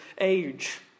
age